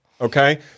Okay